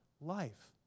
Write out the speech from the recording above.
life